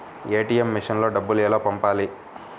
ATM మెషిన్లో డబ్బులు ఎలా పంపాలి?